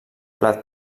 plat